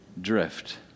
drift